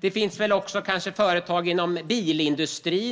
Det kan också finnas företag inom Europas bilindustri